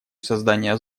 создания